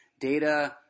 Data